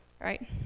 right